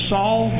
Saul